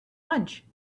lunch